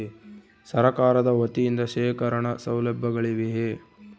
ಸರಕಾರದ ವತಿಯಿಂದ ಶೇಖರಣ ಸೌಲಭ್ಯಗಳಿವೆಯೇ?